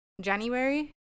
january